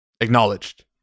Acknowledged